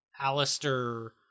Alistair